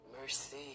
mercy